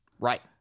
Right